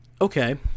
okay